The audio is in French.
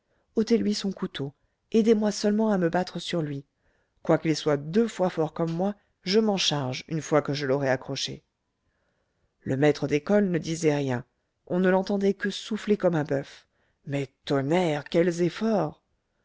ôtez-lui son couteau aidez-moi seulement à me battre sur lui quoiqu'il soit deux fois fort comme moi je m'en charge une fois que je l'aurai accroché le maître d'école ne disait rien on ne l'entendait que souffler comme un boeuf mais tonnerre quels efforts